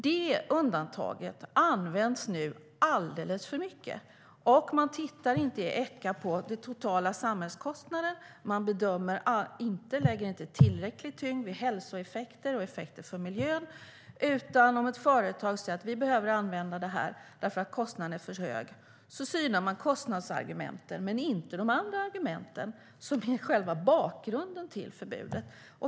Det undantaget används nu alldeles för mycket. I Echa tittar man inte på den totala samhällskostnaden och lägger inte tillräcklig tyngd på hälsoeffekter och effekter för miljön, utan om ett företag säger att de behöver använda detta eftersom kostnaden är för hög, då synar man kostnadsargumenten men inte de andra argumenten, som är själva bakgrunden till förbudet.